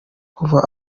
kuva